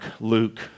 Luke